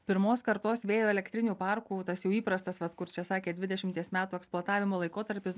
pirmos kartos vėjo elektrinių parkų tas jau įprastas vat kur čia sakė dvidešimties metų eksploatavimo laikotarpis